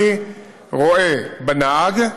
אני רואה בנהג,